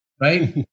right